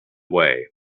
way